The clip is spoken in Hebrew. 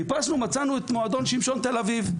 חיפשנו, מצאנו את מועדון שמשון תל אביב.